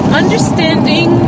understanding